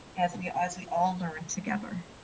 as we as we all learn together.